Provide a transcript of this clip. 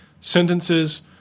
sentences